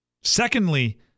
Secondly